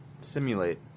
simulate